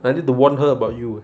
I need to warn her about you eh